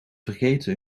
vergeten